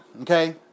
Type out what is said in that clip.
okay